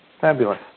fabulous